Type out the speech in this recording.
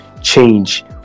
change